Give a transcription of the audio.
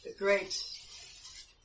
Great